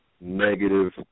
negative